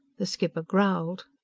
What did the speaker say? the skipper growled.